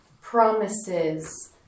promises